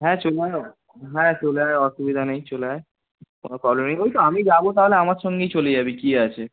হ্যাঁ চলে আয় হ্যাঁ চলে আয় অসুবিধা নেই চলে আয় কোনো প্রবলেম নেই ওই তো আমি যাবো তাহলে আমার সঙ্গেই চলে যাবি কী আছে